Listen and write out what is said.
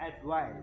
advice